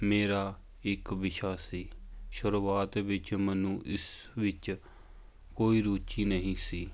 ਮੇਰਾ ਇੱਕ ਵਿਸ਼ਾ ਸੀ ਸ਼ੁਰੂਆਤ ਵਿੱਚ ਮੈਨੂੰ ਇਸ ਵਿੱਚ ਕੋਈ ਰੁਚੀ ਨਹੀਂ ਸੀ